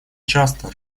часто